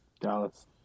Dallas